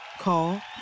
Call